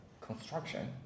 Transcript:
construction